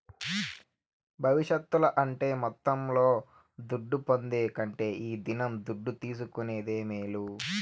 భవిష్యత్తుల అంటే మొత్తంలో దుడ్డు పొందే కంటే ఈ దినం దుడ్డు తీసుకునేదే మేలు